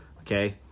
okay